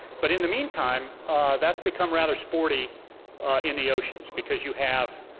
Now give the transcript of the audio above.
but in the meantime that's become rather sporty in the oceans because you have,